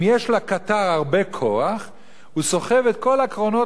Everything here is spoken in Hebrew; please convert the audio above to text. אם יש לקטר הרבה כוח הוא סוחב את כל הקרונות